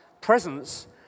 presence